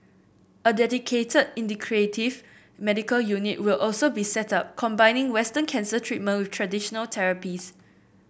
a dedicated integrative medical unit will also be set up combining Western cancer treatment with traditional therapies